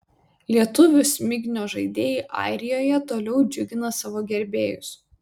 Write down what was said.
lietuvių smiginio žaidėjai airijoje toliau džiugina savo gerbėjus